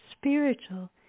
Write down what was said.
spiritual